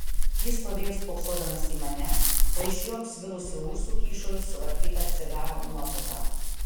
jis stovėjo spoksodamas į mane o iš jo apsvilusių ūsų kyšojo suvarpyta cigaro nuotrupa